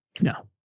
No